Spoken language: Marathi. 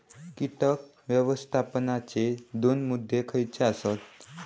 कीटक व्यवस्थापनाचे दोन मुद्दे खयचे आसत?